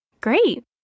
Great